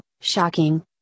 shocking